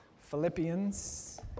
Philippians